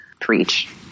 preach